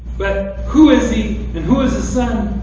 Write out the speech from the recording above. but who is he, and who is his son?